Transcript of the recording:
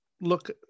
look